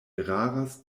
eraras